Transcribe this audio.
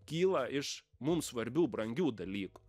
kyla iš mums svarbių brangių dalykų